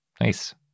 Nice